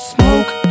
Smoke